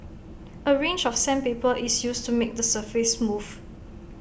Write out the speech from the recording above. A range of sandpaper is used to make the surface smooth